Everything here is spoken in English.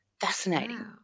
fascinating